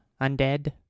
undead